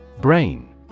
Brain